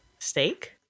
Steak